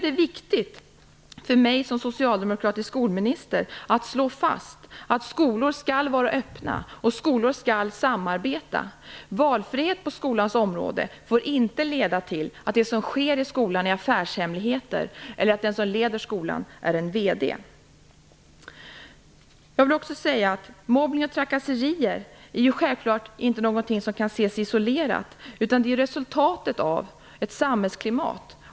Det är viktigt för mig som socialdemokratisk skolminister att slå fast att skolor skall vara öppna och skall samarbeta. Valfrihet på skolans område får inte leda till att det som sker i skolan är affärshemligheter eller att den som leder skolan är en vd. Mobbning och trakasserier kan inte ses isolerat. Det är resultatet av ett samhällsklimat.